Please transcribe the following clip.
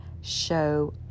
show